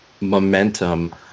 momentum